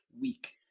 week